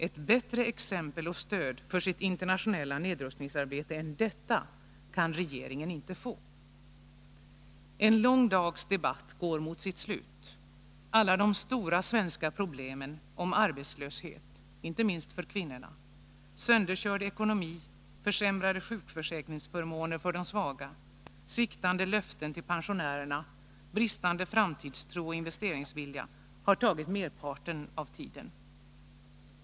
Ett bättre exempel och stöd för sitt internationella nedrustningsarbete än detta kan regeringen inte få. En lång dags debatt går mot sitt slut. Alla de stora svenska problemen om arbetslöshet — inte minst för kvinnorna — sönderkörd ekonomi, försämrade sjukförsäkringsförmåner för de svaga, sviktande löften till pensionärerna, bristande framtidstro och investeringsvilja har tagit merparten av tiden.